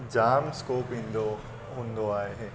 जाम scope ईंदो हूंदो आहे